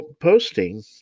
posting